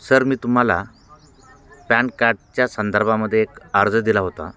sir मी तुम्हाला PAN कार्डच्या संदर्भामध्ये एक अर्ज दिला होता